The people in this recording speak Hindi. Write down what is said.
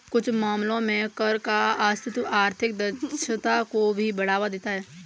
कुछ मामलों में कर का अस्तित्व आर्थिक दक्षता को भी बढ़ावा देता है